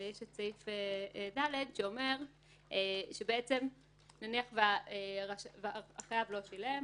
יש סעיף קטן (ד) שאומר שנניח שהחייב לא שילם,